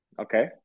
okay